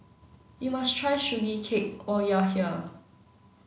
you must try Sugee Cake when you are here